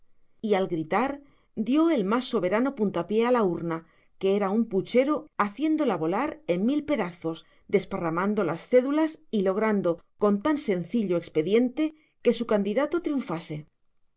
y al gritar dio el más soberano puntapié a la urna que era un puchero haciéndola volar en miles de pedazos desparramando las cédulas y logrando con tan sencillo expediente que su candidato triunfase